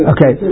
Okay